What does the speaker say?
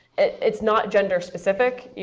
it's not gender specific. yeah